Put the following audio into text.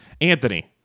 Anthony